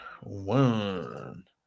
one